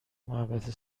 محوطه